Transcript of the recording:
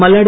Malladi